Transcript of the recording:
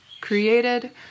created